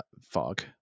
fog